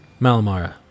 Malamara